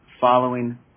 following